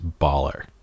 Baller